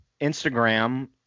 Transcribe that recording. Instagram